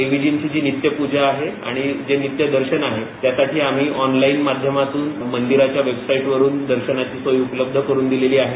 देवीजींची जी नित्यपूजा आहे आणि जे नित्य दर्शन आहे त्यासाठी आम्ही ऑनलाईन माध्यमातून मंदिराच्या वेबसाईटवरून दर्शानाची सोय उपलब्ध करून दिलेली आहे